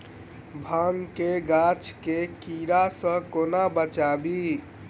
भांग केँ गाछ केँ कीड़ा सऽ कोना बचाबी?